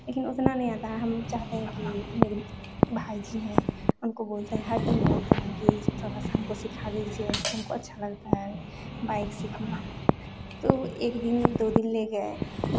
लेकिन उतना नहीं आता है हम चाहते हैं कि मेरे भाई जी हैं उनको बोलते हैं हर दिन बोलते हैं कि ज थोड़ा सा हमको सिखा दीजिए हमको अच्छा लगता है बाइक सीखना तो वो एक दिन दो दिन ले गए